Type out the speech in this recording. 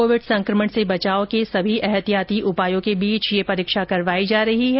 Covid संकमण से बचाव के सभी ऐहतियाती उपायों के बीच ये परीक्षा करवाई जा रही है